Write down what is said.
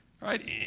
right